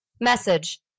message